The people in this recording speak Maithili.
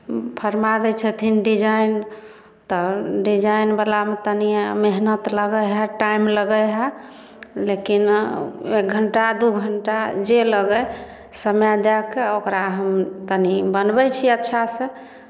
फरमा दै छथिन डिजाइन तऽ डिजाइनवलामे तनिए मेहनति लगै हए टाइम लगै हए लेकिन एक घण्टा दू घण्टा जे लगै समय दए कऽ ओकरा हम तनी बनबै छियै अच्छासँ